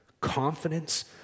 confidence